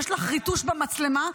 יש לך ריטוש במצלמה.